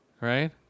Right